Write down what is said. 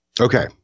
Okay